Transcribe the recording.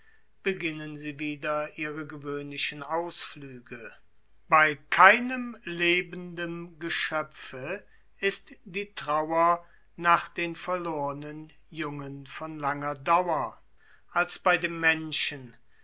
beginnen sie wieder ihre gewöhnlichen ausflüge bei keinem lebendem geschöpfe nach den verlornen jungen von langer dauer als bei dem menschen